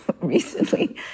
recently